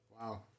Wow